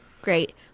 Great